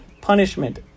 punishment